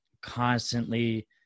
constantly